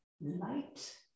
Light